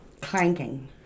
clanking